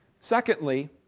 Secondly